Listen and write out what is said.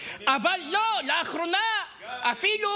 אבל לא, לאחרונה יש אפילו,